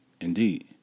Indeed